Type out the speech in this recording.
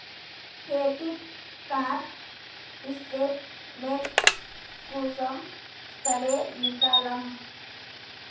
Credit card statement कुंसम करे निकलाम?